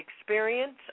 experience